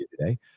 today